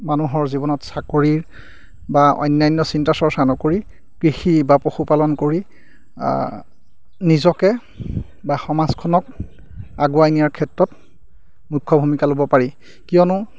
মানুহৰ জীৱনত চাকৰিৰ বা অন্যান্য চিন্তা চৰ্চা নকৰি কৃষি বা পশুপালন কৰি নিজকে বা সমাজখনক আগুৱাই নিয়াৰ ক্ষেত্ৰত মুখ্য ভূমিকা ল'ব পাৰি কিয়নো